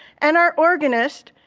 and our organist,